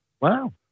Wow